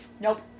nope